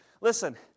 Listen